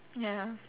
ya